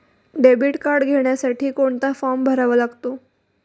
Debit card घेण्यासाठी कोणता form भरावा लागतो?